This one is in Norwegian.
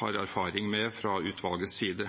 har erfaring med fra utvalgets side.